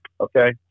Okay